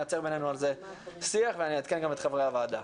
נייצר על זה שיח בינינו ואני גם אעדכן את חברי הוועדה.